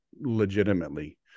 legitimately